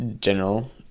general